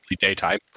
daytime